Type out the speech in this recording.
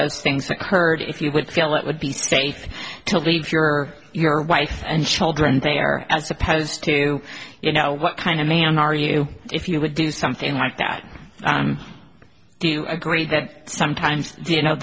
those things occurred if you would feel it would be safe to leave your or your wife and children there as opposed to you know what kind of man are you if you would do something like that do you agree that sometimes you know